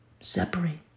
Separate